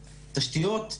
תשתיות,